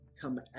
come